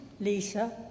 Lisa